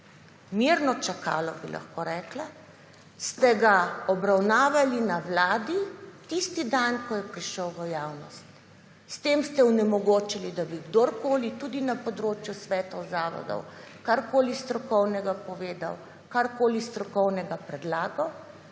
mirno čakalo, bi lahko rekla, ste ga obravnavali na vladi tisti dan ko je prišel v javnost. S tem ste onemogočili, da bi kdorkoli, tudi na področju svetov zavodov, karkoli strokovnega povedal, karkoli strokovnega predlagal,